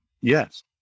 yes